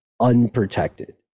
unprotected